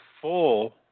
full